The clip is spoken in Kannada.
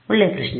ಒಳ್ಳೆಯ ಪ್ರಶ್ನೆ